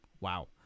wow